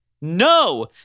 No